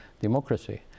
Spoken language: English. democracy